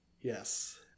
Yes